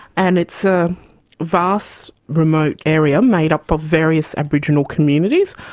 and it's a vast remote area made up of various aboriginal communities.